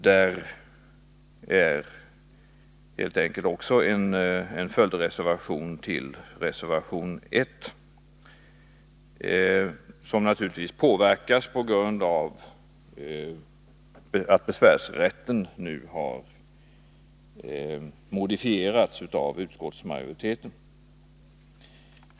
Det är också en följdreservation till reservation 1; den påverkas naturligtvis av att besvärsrätten nu har modifierats av utskottsmajoriteten.